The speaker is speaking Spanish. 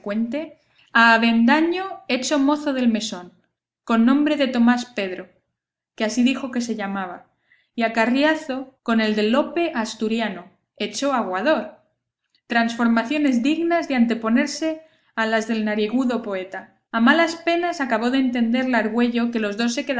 avendaño hecho mozo del mesón con nombre de tomás pedro que así dijo que se llamaba y a carriazo con el de lope asturiano hecho aguador transformaciones dignas de anteponerse a las del narigudo poeta a malas penas acabó de entender la argüello que los dos